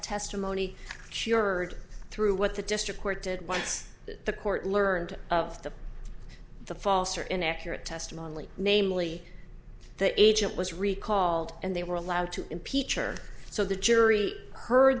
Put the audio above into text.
testimony cured through what the district court did once the court learned of the the false or inaccurate testimony namely that agent was recall and they were allowed to impeach or so the jury heard